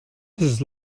his